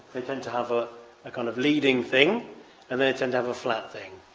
they tend to have a a kind of leading thing and they tend to have a flat thing.